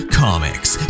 comics